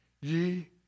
ye